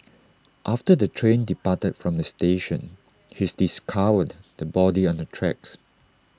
after the train departed from the station his discovered the body on the tracks